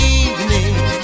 evening